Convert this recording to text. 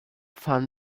fun